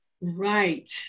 Right